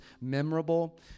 memorable